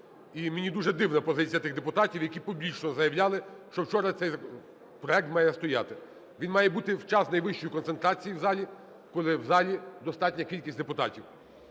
мені дуже дивна позиція тих депутатів, які публічно заявляли, що вчора цей проект має стояти. Він має бути вчасний, вищої концентрації в залі, коли в залі достатня кількість депутатів.